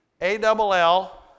A-double-L